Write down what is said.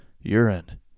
Urine